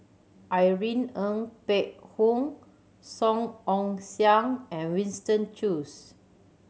Irene Ng Phek Hoong Song Ong Siang and Winston Choos